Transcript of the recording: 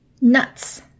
nuts